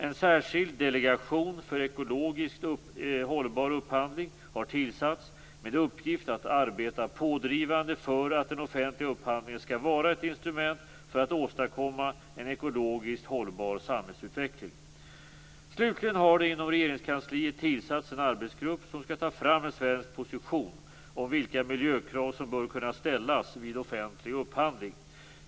En särskild delegation för ekologiskt hållbar upphandling har tillsatts med uppgift att arbeta pådrivande för att den offentliga upphandlingen skall vara ett instrument för att åstadkomma en ekologiskt hållbar samhällsutveckling. Slutligen har det inom Regeringskansliet tillsatts en arbetsgrupp som skall ta fram en svensk position om vilka miljökrav som bör kunna ställas vid offentlig upphandling.